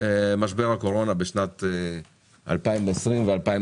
משבר הקורונה ב-2020 ו-2021.